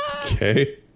Okay